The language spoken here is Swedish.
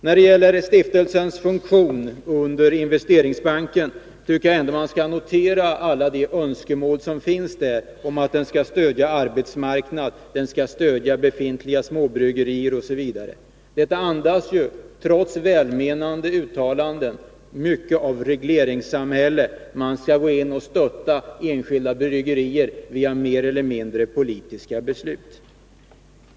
När det gäller stiftelsens funktion under Investeringsbanken tycker jag ändå att man skall notera alla de önskemål som finns om att den skall stödja arbetsmarknaden, den skall stödja befintliga små bryggerier osv. Det andas, trots välmenande uttalanden, mycket av regleringssamhälle. Man skall gå in och stötta enskilda bryggerier via mer eller mindre politiska beslut.